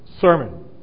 sermon